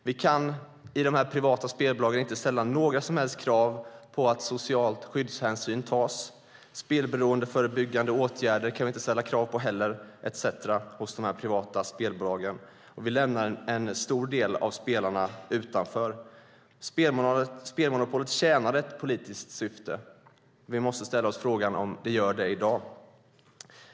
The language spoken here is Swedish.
Vi kan inte ställa några som helst krav på de privata spelbolagen på att social skyddshänsyn tas, på att spelberoendeförebyggande åtgärder vidtas etcetera. Vi lämnar en stor del av spelarna utanför. Spelmonopolet tjänar ett politiskt syfte. Vi måste ställa oss frågan om det gör det i dag.